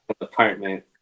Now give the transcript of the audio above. apartment